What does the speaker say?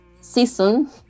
season